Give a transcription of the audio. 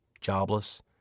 jobless